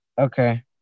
Okay